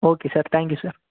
okay sir thank you sir